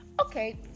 Okay